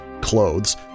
clothes –